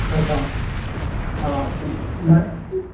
अच्छा हा न